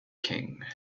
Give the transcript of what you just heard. king